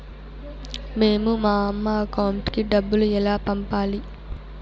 మేము మా అమ్మ అకౌంట్ కి డబ్బులు ఎలా పంపాలి